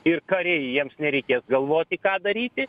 ir kariai jiems nereikės galvoti ką daryti